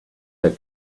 her